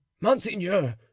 Monseigneur